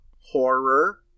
horror